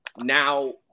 now